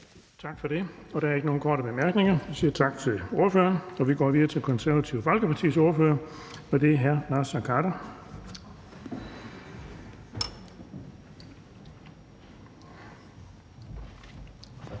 Tak for det. Der er ikke nogen korte bemærkninger. Vi siger tak til ordføreren og går videre til Venstres ordfører, og det er hr. Mads Fuglede. Kl.